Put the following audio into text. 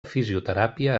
fisioteràpia